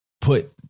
put